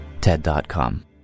TED.com